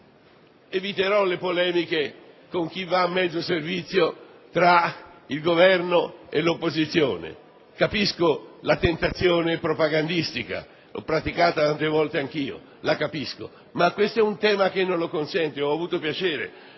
eviterò le polemiche con chi va a mezzo servizio tra il Governo e l'opposizione: capisco la tentazione propagandistica, l'ho praticata tante volte anche io. Questo, tuttavia, è un tema che non lo consente. Ho avuto piacere